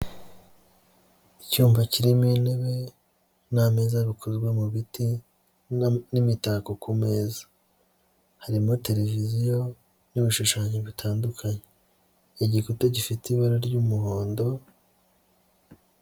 Icyumba kirimo intebe n'ameza bikozwe mu biti n'imitako ku meza. Harimo televiziyo n'ibishushanyo bitandukanye, igikuta gifite ibara ry'umuhondo.